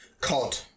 COD